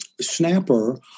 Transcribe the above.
Snapper